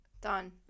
Done